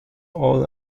all